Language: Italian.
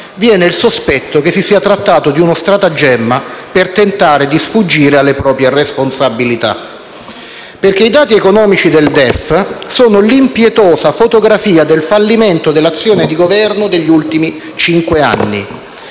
viene il sospetto che si sia trattato di uno stratagemma per tentare di sfuggire alle proprie responsabilità. I dati economici del DEF sono infatti l'impietosa fotografia del fallimento dell'azione di Governo degli ultimi cinque anni.